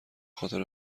خاطر